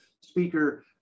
Speaker